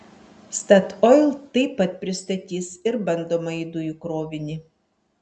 statoil taip pat pristatys ir bandomąjį dujų krovinį